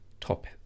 top